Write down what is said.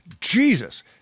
Jesus